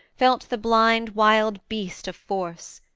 felt the blind wildbeast of force,